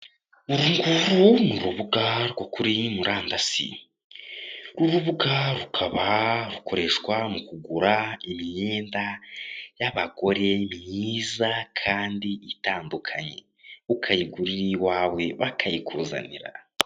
Urunguru ni urubuga rwo kuri murandasi, uru rubuga rukaba rukoreshwa mu kugura imyenda y'abagore myiza kandi itandukanye, ukayigura uri iwawe bakayikuzanira.